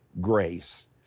grace